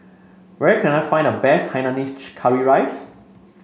where can I find the best Hainanese Curry Rice